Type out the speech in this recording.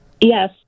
Yes